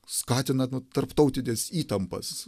skatina nu tarptautines įtampas